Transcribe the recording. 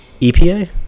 EPA